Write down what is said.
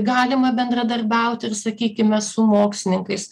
galima bendradarbiauti ir sakykime su mokslininkais